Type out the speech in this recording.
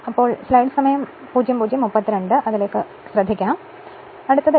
അപ്പോൾ അടുത്തത്